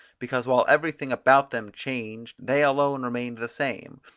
because while everything about them changed they alone remained the same,